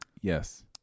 Yes